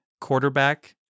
quarterback